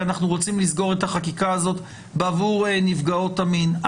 אנחנו רוצים לסגור את החקיקה הזאת עבור נפגעות המין.